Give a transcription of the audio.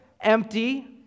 empty